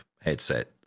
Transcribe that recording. headset